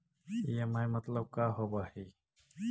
EMI मतलब का होब हइ?